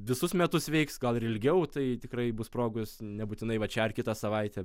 visus metus veiks gal ir ilgiau tai tikrai bus progos nebūtinai va čia ar kitą savaitę